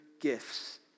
gifts